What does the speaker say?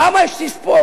למה יש תספורות?